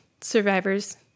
survivors